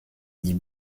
dit